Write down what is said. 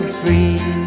free